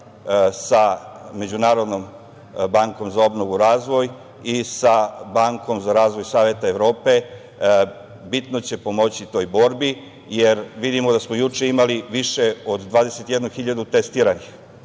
sa Međunarodnom bankom za obnovu i razvoj i sa Bankom za razvoj Saveta Evrope. Bitno će pomoći toj borbi, jer vidimo da smo juče imali više od 21.000 testiranih. Jako